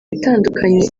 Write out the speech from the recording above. itandukanye